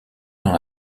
dans